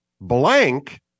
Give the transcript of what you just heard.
Blank